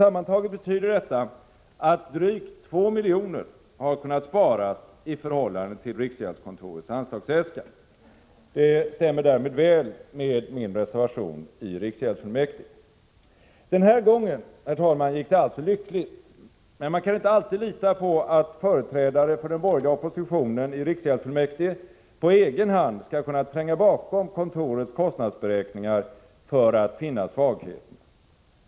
Sammantaget betyder detta att drygt 2 milj.kr. har kunnat sparas i förhållande till riksgäldskontorets anslagsäskande. Det stämmer därmed väl med min reservation i riksgäldsfullmäktige. Denna gång, herr talman, gick det alltså lyckligt. Men man kan inte alltid lita på att företrädare för den borgerliga oppositionen i riksgäldsfullmäktige på egen hand skall kunna tränga bakom kontorets kostnadsberäkningar för att finna svagheterna.